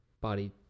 body